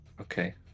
Okay